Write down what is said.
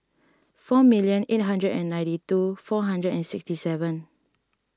four million eight hundred and ninety two four hundred and sixty seven